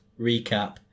recap